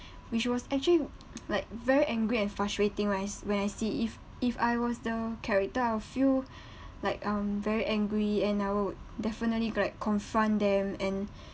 which was actually like very angry and frustrating when I s~ when I see it if if I was the character I'll feel like um very angry and I would definitely like confront them and